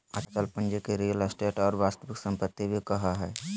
अचल पूंजी के रीयल एस्टेट और वास्तविक सम्पत्ति भी कहइ हइ